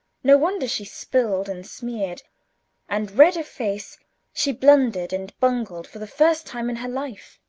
no wonder she spilled and smeared and red of face she blundered and bungled, for the first time in her life.